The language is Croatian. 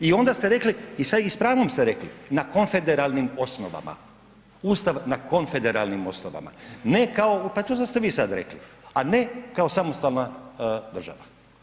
I onda ste rekli i s pravom ste rekli na konfederalnim osnovama, Ustav na konfederalnim osnovama, ne kao, pa to ste vi sad rekli, a ne kao samostalna država.